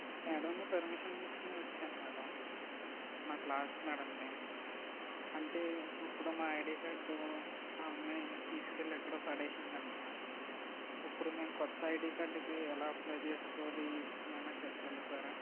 మేడంని పర్మిషన్ తీసుకొనే వచ్చాను మేడం మా క్లాస్ మేడంని అంటే ఇపుడు మా ఐడి కార్డు ఆ అమ్మాయి తీసుకువెళ్ళి ఎక్కడో పడేసింది అంట ఇప్పుడు మేము కొత్త ఐడి కార్డుకి ఎలా అప్లై చేసుకోవాలి ఏమైనా చెప్పగలుగుతారా